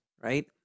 right